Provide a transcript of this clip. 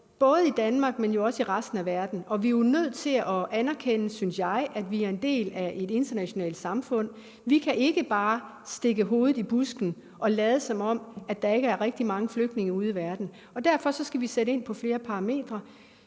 både i Danmark, men jo også i resten af verden. Og vi er nødt til at anerkende, synes jeg, at vi er en del af et internationalt samfund. Vi kan ikke bare stikke hovedet i busken og lade, som om der ikke er rigtig mange flygtninge ude i verden. Derfor skal vi sætte ind på flere parametre.